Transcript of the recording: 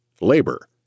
labor